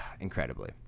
Incredibly